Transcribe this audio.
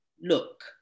look